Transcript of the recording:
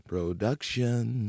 Production